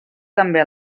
també